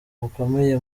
gukomeye